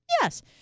yes